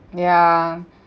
yeah